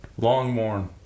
Longmorn